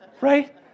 right